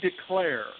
declare